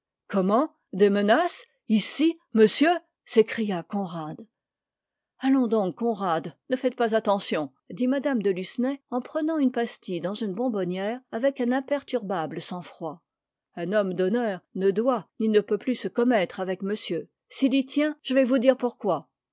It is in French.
comment des menaces ici monsieur s'écria conrad allons donc conrad ne faites pas attention dit mme de lucenay en prenant une pastille dans une bonbonnière avec un imperturbable sang-froid un homme d'honneur ne doit ni ne peut plus se commettre avec monsieur s'il y tient je vais vous dire pourquoi